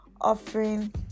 offering